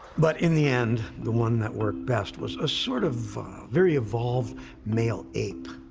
but in the end, the one that works best was a sort of very evolved male ape.